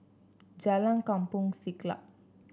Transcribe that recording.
Jalan Kampong Siglap